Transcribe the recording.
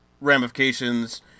ramifications